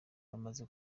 bamaze